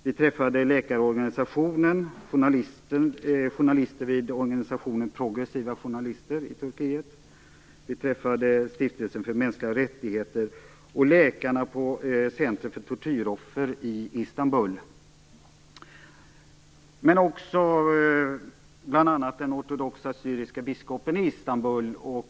Vi träffade i Turkiet läkarorganisationen och journalister i organisationen Progressiva journalister. Vi träffade stiftelsen för mänskliga rättigheter och läkarna för centret för tortyroffer i Istanbul, men också bl.a. den ortodoxa syriska biskopen i Istanbul.